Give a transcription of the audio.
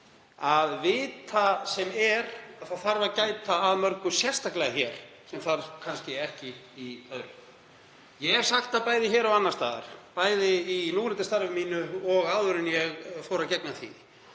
að vita sem er að það þarf að gæta að mörgu, sérstaklega hér, sem þarf kannski ekki í öðru. Ég hef sagt það bæði hér og annars staðar, bæði í núverandi starfi mínu og áður en ég fór að gegna því,